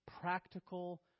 Practical